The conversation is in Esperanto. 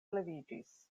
leviĝis